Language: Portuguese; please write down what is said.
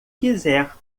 quiser